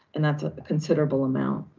and that's a considerable amount.